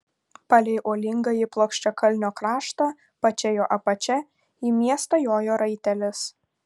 palei uolingąjį plokščiakalnio kraštą pačia jo apačia į miestą jojo raitelis